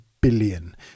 billion